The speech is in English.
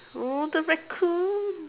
oh the Raccoon